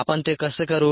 आपण ते कसे करू